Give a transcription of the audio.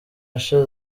usher